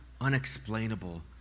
unexplainable